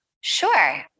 Sure